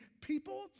people